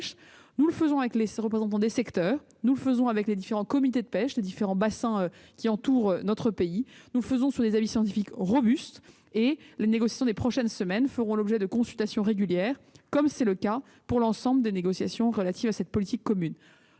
Nous le faisons avec les représentants des secteurs, avec les différents comités de pêche des bassins qui entourent notre pays, sur la base d'avis scientifiques robustes. Les négociations des prochaines semaines feront l'objet de consultations régulières, comme c'est le cas pour l'ensemble des négociations relatives à cette politique commune.